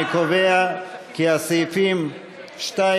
אני קובע כי הסעיפים 6